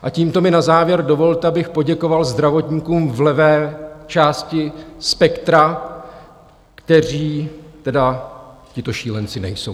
A tímto mi na závěr dovolte, abych poděkoval zdravotníkům v levé části spektra, kteří tedy těmito šílenci nejsou.